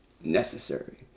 necessary